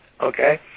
okay